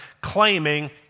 claiming